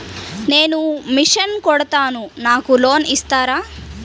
నేను మిషన్ కుడతాను నాకు లోన్ ఇస్తారా?